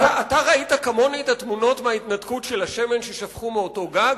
אתה ראית כמוני את התמונות מההתנתקות של השמן ששפכו מאותו גג?